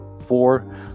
four